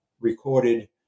recorded